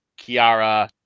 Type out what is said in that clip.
Kiara